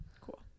Cool